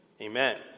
Amen